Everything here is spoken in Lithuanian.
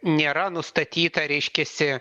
nėra nustatyta reiškiasi